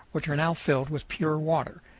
which are now filled with pure water,